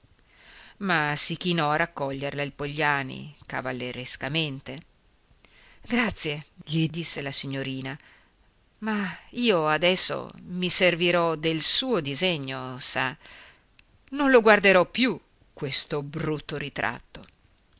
ma si chinò a raccoglierla il pogliani cavallerescamente grazie gli disse la signorina ma io adesso mi servirò del suo disegno sa non lo guarderò più questo brutto ritratto